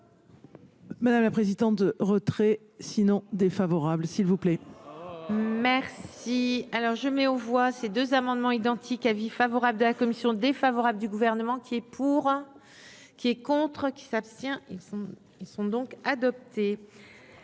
Madame la présidente de retrait sinon défavorable s'il vous plaît. Merci, alors je mets aux voix ces deux amendements identiques : avis favorable de la commission défavorable du gouvernement qui est pour, qui est contre. S'abstient, ils sont, ils sont